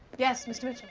yes, mr. mitchell?